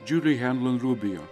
džiuli hendon rubio